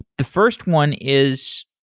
the first one is,